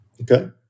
Okay